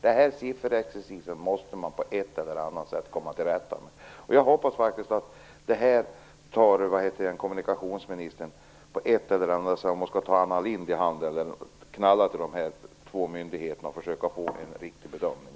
Denna sifferexercis måste man på ett eller annat sätt komma till rätta med. Jag hoppas faktiskt att kommunikationsministern på ett eller annat sätt tar itu med detta. Hon kanske skall ta Anna Lindh i hand och knalla i väg till de här två myndigheterna och försöka få en riktig bedömning.